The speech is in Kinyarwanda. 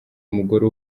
umugore